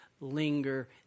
linger